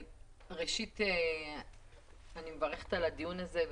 ראשית, אני מברכת על הדיון הזה.